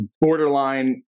borderline